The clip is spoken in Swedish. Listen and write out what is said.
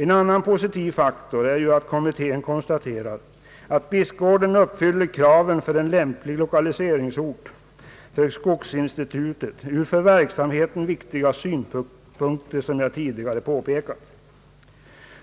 En annan positiv faktor är ju att kommittén konstaterar att Bispgården uppfyller kraven för en lämplig lokaliseringsort för skogsinstitutet ur för verksamheten viktiga synpunkter, som jag tidigare påpekat.